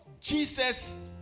Jesus